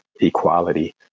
equality